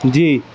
جی